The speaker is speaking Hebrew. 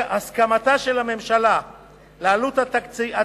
הסכמתה של הממשלה לעלות התקציבית,